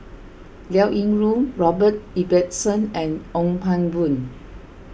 Liao Yingru Robert Ibbetson and Ong Pang Boon